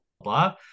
blah